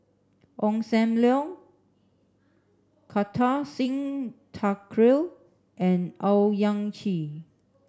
Ong Sam Leong Kartar Singh Thakral and Owyang Chi